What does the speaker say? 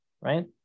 right